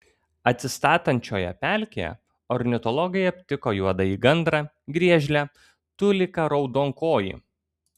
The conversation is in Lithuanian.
atsistatančioje pelkėje ornitologai aptiko juodąjį gandrą griežlę tuliką raudonkojį